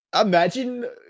imagine